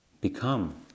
Become